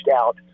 out